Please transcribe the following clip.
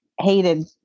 hated